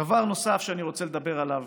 דבר נוסף שאני רוצה לדבר עליו